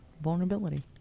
vulnerability